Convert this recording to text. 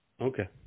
Okay